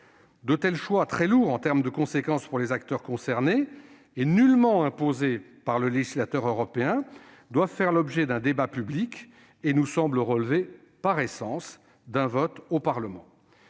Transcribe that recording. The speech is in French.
De tels choix très lourds en termes de conséquences pour les acteurs concernés et nullement imposés par le législateur européen doivent faire l'objet d'un débat public et nous semblent relever par essence d'un vote au Parlement.